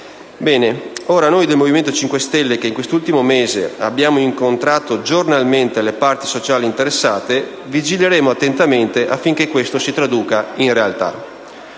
quest'anno. Noi del Movimento 5 Stelle, che in questo ultimo mese abbiamo incontrato giornalmente le parti sociali interessate, vigileremo attentamente affinché questo si traduca in realtà.